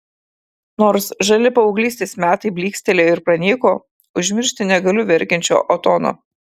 nors žali paauglystės metai blykstelėjo ir pranyko užmiršti negaliu verkiančio otono